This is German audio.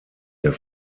der